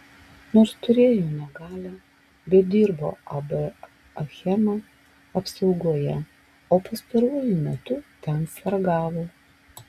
nors turėjo negalią bet dirbo ab achema apsaugoje o pastaruoju metu ten sargavo